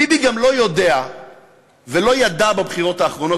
ביבי גם לא יודע ולא ידע בבחירות האחרונות,